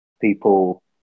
people